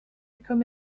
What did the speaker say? come